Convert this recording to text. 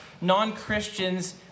non-Christians